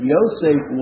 Yosef